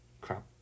crap